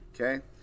okay